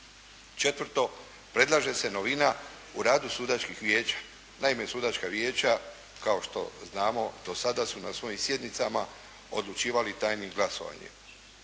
Četvrto, predlaže se novina u radu sudačkih vijeća. Naime sudačka vijeća, kao što znamo, do sada su na svojim sjednicama odlučivali tajnim glasovanjem